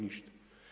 Ništa.